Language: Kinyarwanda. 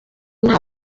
nta